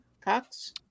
Cox